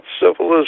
civilization